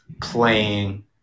playing